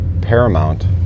paramount